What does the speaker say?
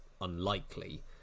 unlikely